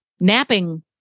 napping